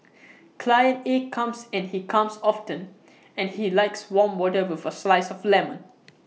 client A comes and he comes often and he likes warm water with A slice of lemon